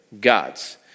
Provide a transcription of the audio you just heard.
gods